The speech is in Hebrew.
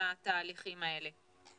התהליכים האלה.